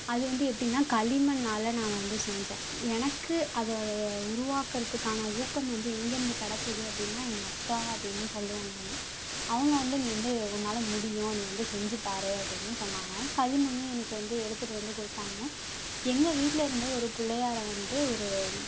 அது வந்து எப்படின்னா களி மண்ணால் நான் வந்து செஞ்சேன் எனக்கு அதனுடைய உருவாக்கிறதுக்கான ஊக்கம் வந்து எங்கேருந்து கிடைச்சிது அப்படின்னா எங்கள் அப்பா அப்படின்னு சொல்லுவேன் நான் அவங்க வந்து நீ வந்து உன்னால் முடியும் நீ வந்து செஞ்சு பார் அப்படின்னு சொன்னாங்க களி மண்ணும் எனக்கு வந்து எடுத்துகிட்டு வந்து கொடுத்தாங்க எங்கள் வீட்லிருந்து ஒரு பிள்ளையார வந்து ஒரு